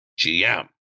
GM